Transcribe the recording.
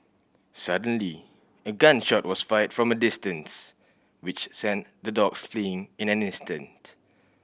suddenly a gun shot was fired from a distance which sent the dogs fleeing in an instant